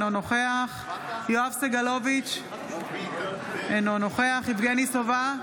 אינו נוכח יואב סגלוביץ' אינו נוכח יבגני סובה,